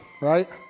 right